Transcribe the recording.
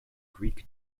greek